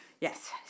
Yes